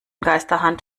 geisterhand